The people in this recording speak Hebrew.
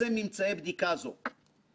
עם צוות הוועדה ועם יועציה,